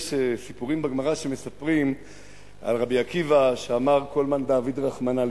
יש בגמרא סיפורים על רבי עקיבא שאמר "כל מאן דעביד רחמנא,